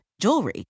jewelry